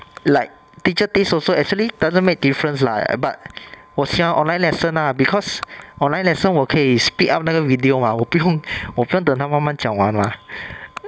like teacher teach also actually doesn't make difference lah but 我喜欢 online lesson lah because online lesson 我可以 speed up 那个 video mah 我不用我不用等他慢慢讲完 mah